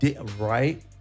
Right